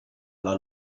alla